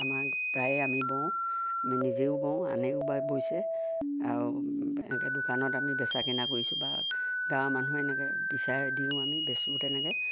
আমাক প্ৰায়ে আমি বওঁ আমি নিজেও বওঁ আনেও বা বৈছে আৰু এনেকৈ দোকানত আমি বেচা কিনা কৰিছোঁ বা গাঁৱৰ মানুহে এনেকৈ বিচাৰে দিওঁ আমি বেচোঁ তেনেকৈ